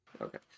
Okay